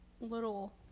little